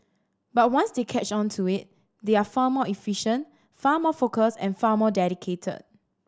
but once they catch on to it they are far more efficient far more focus and far more dedicated